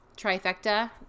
trifecta